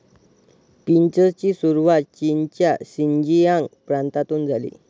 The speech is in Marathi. पीचची सुरुवात चीनच्या शिनजियांग प्रांतातून झाली